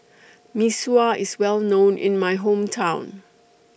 Mee Sua IS Well known in My Hometown